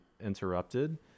interrupted